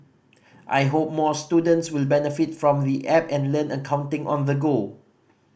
I hope more students will benefit from the app and learn accounting on the go